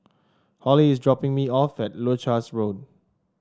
Hollie is dropping me off at Leuchars Road